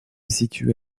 situe